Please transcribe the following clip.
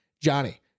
Johnny